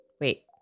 Wait